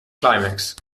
climax